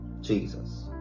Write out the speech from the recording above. jesus